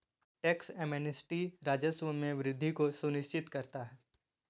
tax amnesty राजस्व में वृद्धि को सुनिश्चित करता है